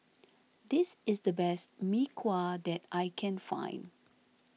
this is the best Mee Kuah that I can find